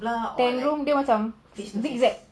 the room dia macam zig zag